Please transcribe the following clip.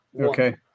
Okay